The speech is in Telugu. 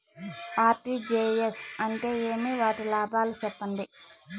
ఆర్.టి.జి.ఎస్ అంటే ఏమి? వాటి లాభాలు సెప్పండి?